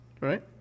Right